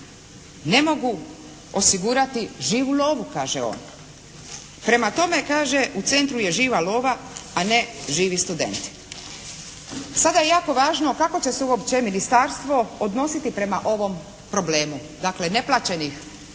ne mogu osigurati živu lovu» kaže on. «Prema tome» kaže «u centru je živa lova, a ne živi studenti.» Sada je jako važno kako će se uopće Ministarstvo odnositi prema ovom problemu. Dakle neplaćenih računa,